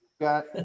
got